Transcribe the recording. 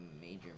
major